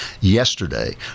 yesterday